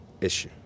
issue